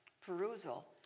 perusal